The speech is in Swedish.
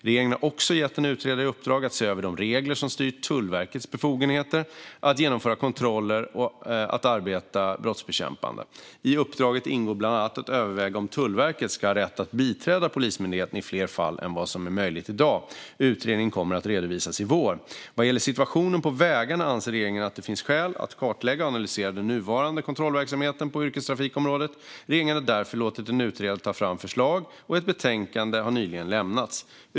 Regeringen har också gett en utredare i uppdrag att se över de regler som styr Tullverkets befogenheter att genomföra kontroller och arbeta brottsbekämpande. I uppdraget ingår bland annat att överväga om Tullverket ska ha rätt att biträda Polismyndigheten i fler fall än vad som är möjligt i dag. Utredningen kommer att redovisas i vår. Vad gäller situationen på vägarna anser regeringen att det finns skäl att kartlägga och analysera den nuvarande kontrollverksamheten på yrkestrafikområdet. Regeringen har därför låtit en utredare ta fram förslag, och ett betänkande har nyligen lämnats.